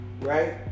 right